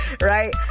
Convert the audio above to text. Right